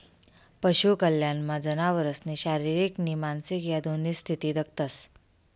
पशु कल्याणमा जनावरसनी शारीरिक नी मानसिक ह्या दोन्ही स्थिती दखतंस